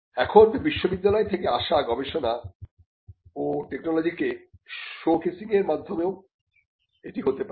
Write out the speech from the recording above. এখন বিশ্ববিদ্যালয় থেকে আসা গবেষণা ও টেকনোলজি কে শো কেসিংয়ের মাধ্যমে ও এটি হতে পারে